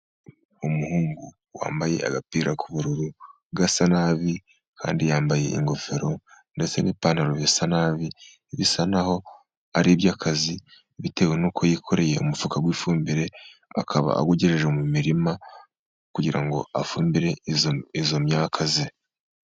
Umuhungu wambaye agapira k'ubururu gasa nabi, kandi yambaye ingofero ndetse se n'ipantaro bisa nabi, bisa n'aho ari iby'akazi bitewe n'uko yikoreye umufuka w'ifumbire, akaba abugejeje mu mirima kugira ngo afumbire iyo myaka ye.